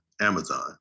Amazon